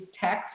text